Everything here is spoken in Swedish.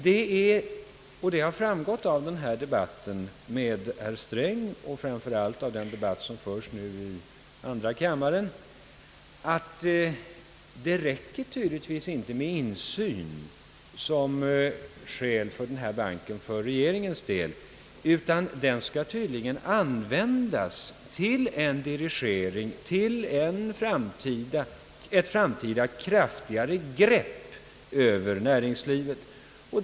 Det har emellertid framgått av debatten här med herr Sträng och framför allt av den debatt som nu förs i andra kammaren att det tydligtvis inte räcker för regeringen med insyn som skäl för banken. Banken skall tydligen användas till en dirigering och till ett framtida kraftigare grepp över närings livet.